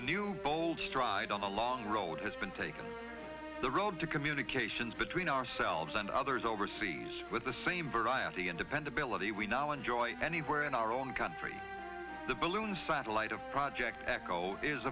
a new bold stride on the long road has been taking the road to communications between ourselves and others overseas with the same variety and dependability we now enjoy anywhere in our own country the balloon satellite of project echo is